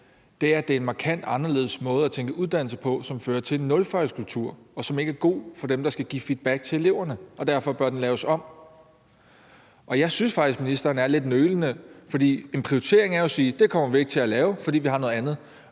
– er, at det er en markant anderledes måde at tænke uddannelse på, som fører til en nulfejlskultur, som ikke er god for dem, der skal give feedback til eleverne, og derfor bør den laves om. Jeg synes faktisk, at ministeren er lidt nølende, for en prioritering er jo at sige: Det kommer vi ikke til at lave, fordi vi har noget andet.